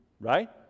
right